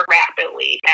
rapidly